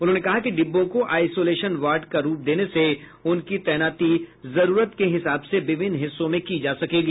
उन्होंने कहा कि डिब्बों को आईसोलेशन वार्ड का रूप देने से उनकी तैनाती जरूरत के हिसाब से विभिन्न हिस्सों में की जा सकेगी